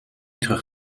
terug